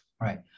Right